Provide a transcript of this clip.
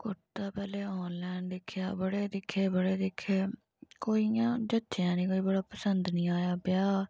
कुरता पैह्लें आनलाईन दिक्खेआ बड़े दिक्खे बड़े दिक्खे कोई इ'यां जच्चेआ निं कोई बड़ा पसंद निं आया ब्याह्